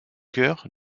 cœur